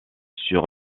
sur